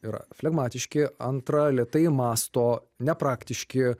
yra flegmatiški antra lėtai mąsto nepraktiški